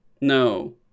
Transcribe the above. No